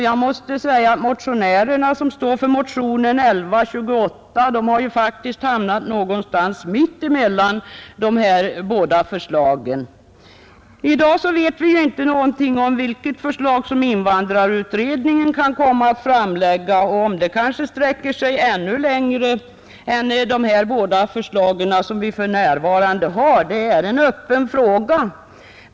Jag måste säga att de motionärer som står för motionen 1128 hade hamnat någonstans mitt emellan dessa båda förslag. Vi vet i dag inte något om vilket förslag som invandrarutredningen kan komma att framlägga och om det sträcker sig längre än de båda förslag vi för närvarande har. Det är en öppen fråga.